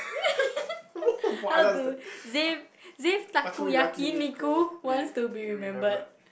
how to Xav~ Xav takoyaki niku wants to be remembered